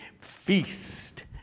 feast